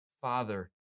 father